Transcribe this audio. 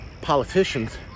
politicians